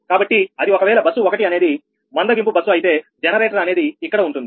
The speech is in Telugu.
కాబట్టి అది ఒకవేళ బస్సు 1 అనేది మందగింపు బస్సు అయితే జనరేటర్ అనేది ఇక్కడ ఉంటుంది